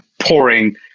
pouring